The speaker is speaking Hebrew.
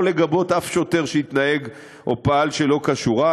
לא לגבות שום שוטר שהתנהג או פעל שלא כשורה,